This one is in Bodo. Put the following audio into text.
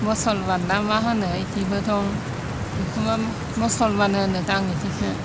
मुसलमान ना मा होनो बिदिबो दं बेखौबो मुसलमान होनो दां बिदिखौ